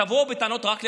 תבואו בטענות רק לעצמכם.